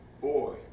boy